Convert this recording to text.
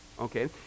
okay